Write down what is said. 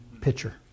pitcher